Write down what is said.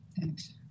Thanks